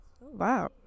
wow